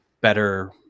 better